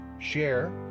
share